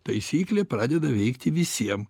taisyklė pradeda veikti visiem